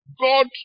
God